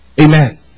Amen